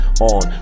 on